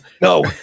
No